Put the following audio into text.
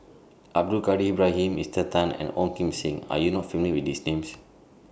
Abdul Kadir Ibrahim Esther Tan and Ong Kim Seng Are YOU not familiar with These Names